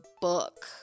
book